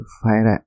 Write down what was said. fire